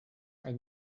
ein